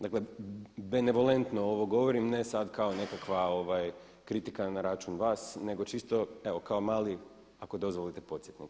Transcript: Dakle benevolentno ovo govorim, ne sada kao nekakva kritika na račun vas nego čisto evo kao mali, ako dozvolite podsjetnik.